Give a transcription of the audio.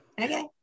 Okay